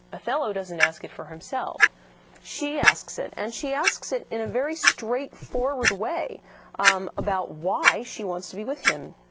othello doesn't ask it for himself she asks it and she asks it in a very straightforward way about why she wants to be with him.